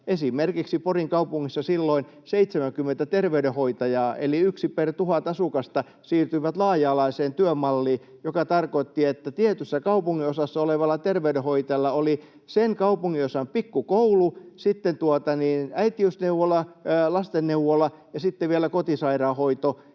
Esimerkiksi Porin kaupungissa silloin 70 terveydenhoitajaa, eli yksi per tuhat asukasta, siirtyi laaja-alaiseen työmalliin, joka tarkoitti sitä, että tietyssä kaupunginosassa olevalla terveydenhoitajalla oli sen kaupunginosan pikkukoulu, äitiysneuvola, lastenneuvola ja sitten vielä kotisairaanhoito